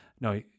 no